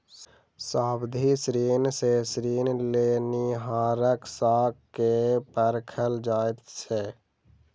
सावधि ऋण सॅ ऋण लेनिहारक साख के परखल जाइत छै